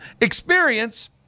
Experience